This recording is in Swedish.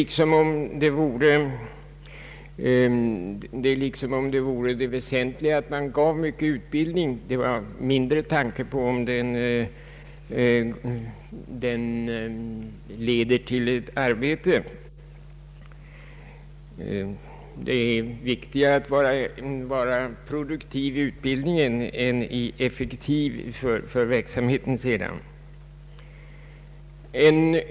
Det verkar som om det vore väsentligare att ge utbildning i stor utsträckning. Man tycks tänka mindre på om den leder till arbete. Det är alltså viktigare att vara produktiv i utbildningen än effektiv i verksamheten därefter.